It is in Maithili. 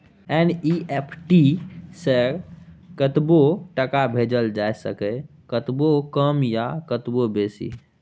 एन.ई.एफ.टी सँ कतबो टका भेजल जाए सकैए कतबो कम या कतबो बेसी